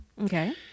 Okay